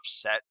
upset